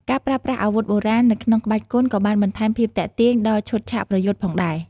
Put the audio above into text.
ការប្រើប្រាស់អាវុធបុរាណនៅក្នុងក្បាច់គុនក៏បានបន្ថែមភាពទាក់ទាញដល់ឈុតឆាកប្រយុទ្ធផងដែរ។